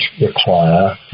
require